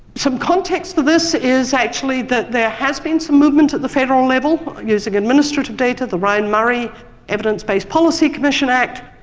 some context for this is actually that there has been some movement at the federal level using administrative data, the ryan-murray evidence-based policy commission act,